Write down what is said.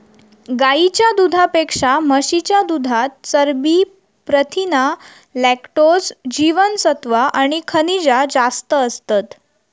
गाईच्या दुधापेक्षा म्हशीच्या दुधात चरबी, प्रथीना, लॅक्टोज, जीवनसत्त्वा आणि खनिजा जास्त असतत